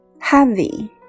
Heavy